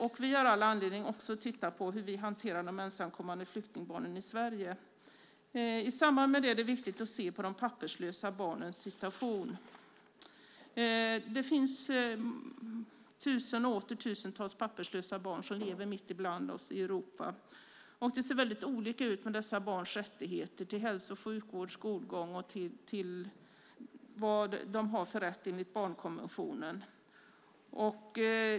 Vi har också all anledning att titta på hur vi hanterar ensamkommande flyktingbarn i Sverige. I samband med det är det viktigt att se på de papperslösa barnens situation. Det finns tusen och åter tusen papperslösa barn som lever mitt ibland oss i Europa. Det ser väldigt olika ut med dessa barns rättigheter till hälso och sjukvård och skolgång och vad de har för rätt enligt barnkonventionen.